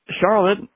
Charlotte